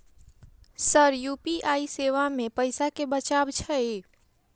Sir UPI सेवा मे पैसा केँ बचाब छैय?